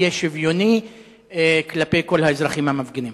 יהיה שוויוני כלפי כל האזרחים המפגינים?